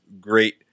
great